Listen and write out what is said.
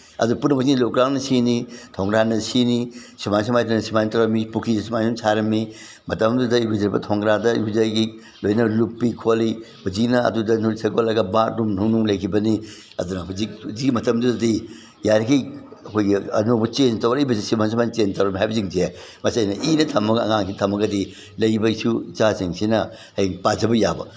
ꯑꯗꯨ ꯄꯨꯝꯅꯃꯛꯁꯤ ꯂꯨꯀ꯭ꯔꯥꯛꯅ ꯁꯤꯅꯤ ꯊꯣꯡꯒ꯭ꯔꯥꯅ ꯁꯤꯅꯤ ꯁꯨꯃꯥꯏꯅ ꯁꯨꯃꯥꯏꯅ ꯇꯧꯅ ꯁꯨꯃꯥꯏꯅ ꯇꯧꯔ ꯃꯤ ꯄꯨꯈꯤꯁꯤ ꯁꯨꯃꯥꯏꯅ ꯁꯥꯔꯝꯃꯤ ꯃꯇꯝꯗꯨꯗ ꯏꯔꯨꯖꯕ ꯊꯣꯡꯒ꯭ꯔꯥꯗ ꯏꯔꯨꯖꯩ ꯂꯣꯏꯅ ꯂꯨꯞꯄꯤ ꯈꯣꯠꯂꯤ ꯍꯧꯖꯤꯛꯅ ꯑꯗꯨꯗ ꯅꯣꯏ ꯁꯦꯝꯒꯠꯂꯒ ꯕꯥꯠꯔꯨꯝ ꯅꯨꯡꯂꯨꯝ ꯂꯩꯒꯤꯕꯅꯤ ꯑꯗꯨꯅ ꯍꯧꯖꯤꯛ ꯍꯧꯖꯤꯛꯀꯤ ꯃꯇꯝꯗꯨꯗꯗꯤ ꯌꯥꯔꯤꯒꯩ ꯑꯩꯈꯣꯏꯒꯤ ꯑꯅꯧꯕ ꯆꯦꯟꯖ ꯇꯧꯔꯛꯏꯕꯁꯦ ꯁꯨꯃꯥꯏꯅ ꯇꯧꯔꯝꯃꯤ ꯍꯥꯏꯕꯁꯤꯡꯁꯦ ꯃꯁꯦ ꯑꯩꯅ ꯏꯔ ꯊꯝꯃꯒ ꯑꯉꯥꯡꯁꯤꯡ ꯊꯝꯃꯒꯗꯤ ꯂꯩꯕꯩꯁꯨ ꯏꯆꯥꯁꯤꯡꯁꯤꯅ ꯑꯩ ꯄꯥꯖꯕ ꯌꯥꯕ